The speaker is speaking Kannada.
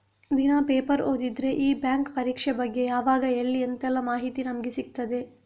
ದಿನಾ ಪೇಪರ್ ಓದಿದ್ರೆ ಈ ಬ್ಯಾಂಕ್ ಪರೀಕ್ಷೆ ಬಗ್ಗೆ ಯಾವಾಗ ಎಲ್ಲಿ ಅಂತೆಲ್ಲ ಮಾಹಿತಿ ನಮ್ಗೆ ಸಿಗ್ತದೆ